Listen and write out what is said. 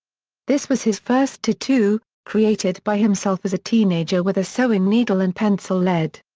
this was his first tattoo, created by himself as a teenager with a sewing needle and pencil lead.